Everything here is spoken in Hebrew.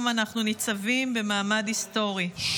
הצעת חוק לתיקון פקודת בתי הסוהר (מס'